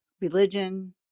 religion